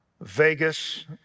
Vegas